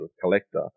collector